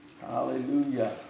Hallelujah